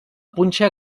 punxa